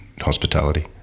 hospitality